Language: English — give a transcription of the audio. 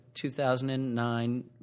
2009